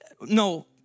no